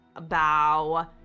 bow